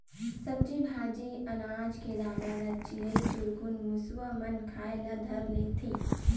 सब्जी भाजी, अनाज के दाना ल चिरई चिरगुन, मुसवा मन खाए ल धर लेथे